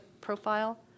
profile